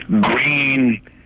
green